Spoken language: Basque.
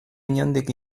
inondik